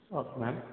okay ma'am